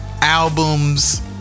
Albums